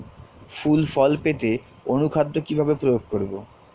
ফুল ফল পেতে অনুখাদ্য কিভাবে প্রয়োগ করব?